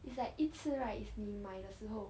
it's like 一次 right it's 你买的时候